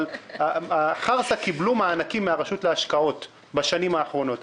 אבל מפעל חרסה קיבל מענקים מן הרשות להשקעות בשנים האחרונות.